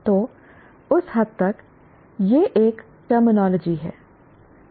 तो उस हद तक यह एक टर्मिनोलॉजी है